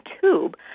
tube